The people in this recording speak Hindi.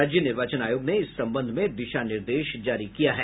राज्य निर्वाचन आयोग ने इस संबंध में दिशा निर्देश जारी किया है